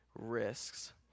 risks